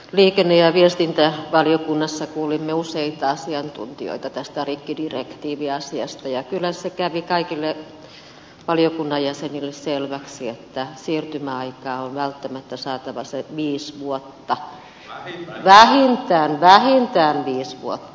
liikenne ja viestintävaliokunnassa kuulimme useita asiantuntijoita tästä rikkidirektiiviasiasta ja kyllä se kävi kaikille valiokunnan jäsenille selväksi että siirtymäaikaa on välttämättä saatava se viisi vuotta vähintään vähintään viisi vuotta